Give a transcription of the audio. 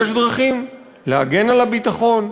יש דרכים להגן על הביטחון,